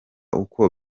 uko